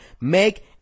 make